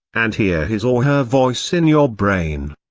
and hear his or her voice in your brain.